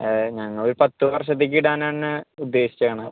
ഞങ്ങളൊരു പത്ത് വർഷത്തേക്കിടാനാണ് ഉദേശിക്കണത്